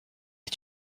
est